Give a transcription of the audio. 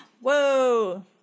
Whoa